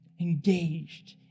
engaged